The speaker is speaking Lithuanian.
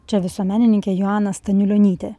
čia visuomenininkė joana staniulionytė